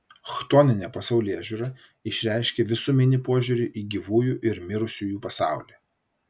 chtoninė pasaulėžiūra išreiškia visuminį požiūrį į gyvųjų ir mirusiųjų pasaulį